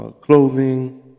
clothing